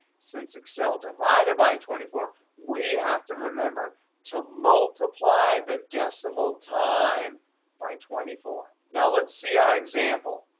since excel divided by twenty four, we have to remember to multiply that decimal time by twenty four. now, let's see our example.